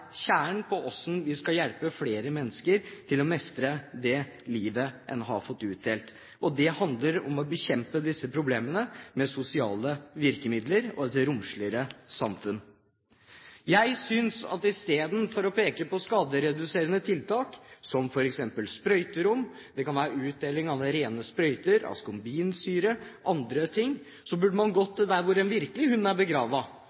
kjernen i hvordan vi skal hjelpe flere mennesker til å mestre det livet man har fått utdelt. Det handler om å bekjempe disse problemene med sosiale virkemidler og et romsligere samfunn. Jeg synes at istedenfor å peke på skadereduserende tiltak, som f.eks. sprøyterom – det kan være utdeling av rene sprøyter, askorbinsyre, andre ting – burde man gått til der hunden virkelig er